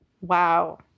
wow